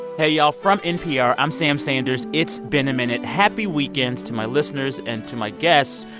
hey, y'all. from npr, i'm sam sanders. it's been a minute. happy weekends to my listeners and to my guests,